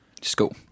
School